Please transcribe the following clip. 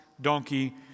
donkey